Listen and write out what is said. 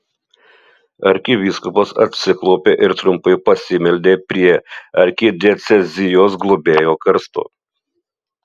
arkivyskupas atsiklaupė ir trumpai pasimeldė prie arkidiecezijos globėjo karsto